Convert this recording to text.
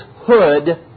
hood